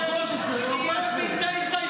13 ו-14 -- שכל התקשורת בישראל תהיה בידי